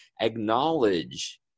Acknowledge